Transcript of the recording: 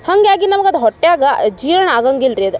ಹಂಗಾಗಿ ನಮ್ಗೆ ಅದು ಹೊಟ್ಯಾಗೆ ಜೀರ್ಣ ಆಗಂಗಿಲ್ಲ ರೀ ಅದು